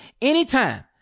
anytime